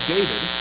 David